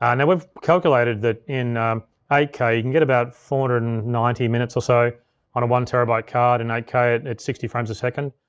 and we've calculated that in eight k, you can get about four hundred and ninety minutes or so on a one terabyte card in eight k at at sixty frames a second,